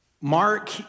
Mark